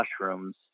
mushrooms